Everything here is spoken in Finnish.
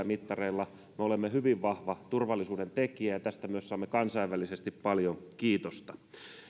mittareilla me olemme hyvin vahva turvallisuuden tekijä ja tästä myös saamme kansainvälisesti paljon kiitosta